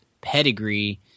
pedigree